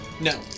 No